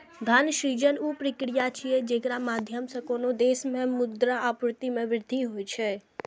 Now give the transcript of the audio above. धन सृजन ऊ प्रक्रिया छियै, जेकरा माध्यम सं कोनो देश मे मुद्रा आपूर्ति मे वृद्धि होइ छै